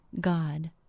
God